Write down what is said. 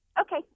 Okay